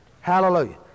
Hallelujah